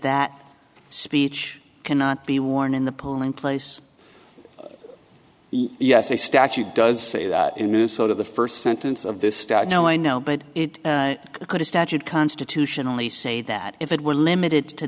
that speech cannot be worn in the polling place yes a statute does say that in minnesota the first sentence of this stat no i know but it could a statute constitutionally say that if it were limited to